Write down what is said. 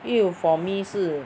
因为 for me 是